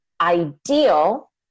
ideal